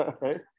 right